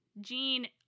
Gene